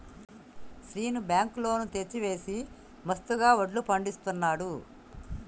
Seenu bank loan తెచ్చి వేసి మస్తుగా వడ్లు పండిస్తున్నాడు